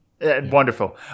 wonderful